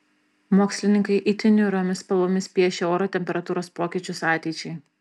mokslininkai itin niūriomis spalvomis piešia oro temperatūros pokyčius ateičiai